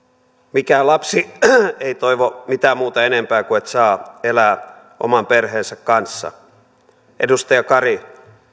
mikään lapsi ei toivo mitään muuta enempää kuin että saa elää oman perheensä kanssa edustaja kari